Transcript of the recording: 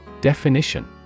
Definition